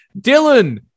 Dylan